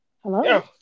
Hello